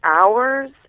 hours